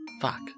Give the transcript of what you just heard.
Fuck